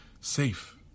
safe